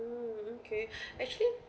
mm okay actually